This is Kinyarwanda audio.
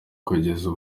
kugeza